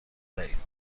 دهید